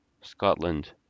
Scotland